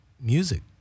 music